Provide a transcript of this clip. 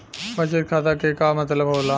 बचत खाता के का मतलब होला?